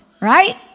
Right